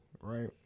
right